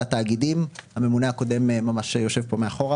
התאגידים - הממונה הקודם יושב פה מאחור,